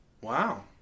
Wow